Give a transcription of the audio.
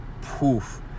poof